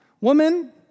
woman